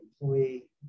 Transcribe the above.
employee